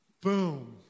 Boom